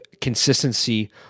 consistency